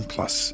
Plus